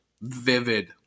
vivid